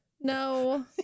No